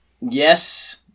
Yes